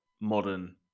modern